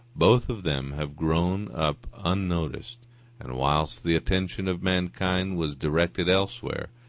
both of them have grown up unnoticed and whilst the attention of mankind was directed elsewhere,